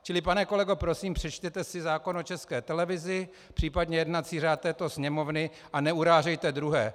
Čili pane kolego, prosím, přečtěte si zákon o České televizi, případně jednací řád této Sněmovny, a neurážejte druhé.